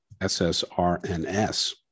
ssRNS